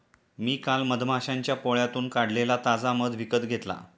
मी काल मधमाश्यांच्या पोळ्यातून काढलेला ताजा मध विकत घेतला